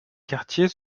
quartier